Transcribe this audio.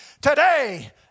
today